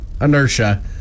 inertia